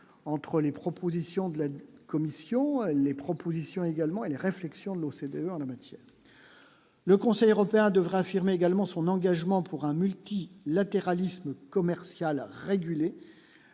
entre les propositions de la commission, les propositions également et les réflexions de l'OCDE en la matière, le Conseil européen devra affirmer également son engagement pour un multi-latéralisme commercial réguler